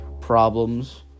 problems